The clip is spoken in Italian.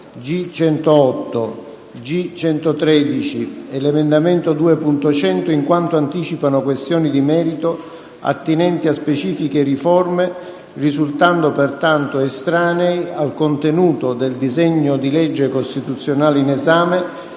G108, G113 e l'emendamento 2.100, in quanto anticipano questioni di merito attinenti a specifiche riforme, risultando pertanto estranei al contenuto del disegno di legge costituzionale in esame,